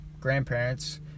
grandparents